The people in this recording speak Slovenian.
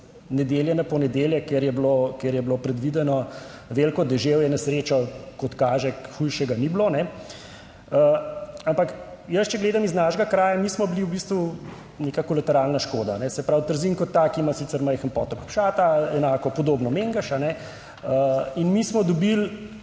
nedelje na ponedeljek, ker je bilo predvideno veliko deževje. Na srečo, kot kaže, hujšega ni bilo. Ampak jaz, če gledam iz našega kraja, mi smo bili v bistvu neka kolateralna škoda. Se pravi, Trzin kot tak ima sicer majhen potok Pšata, podobno Mengeš. In mi smo dobili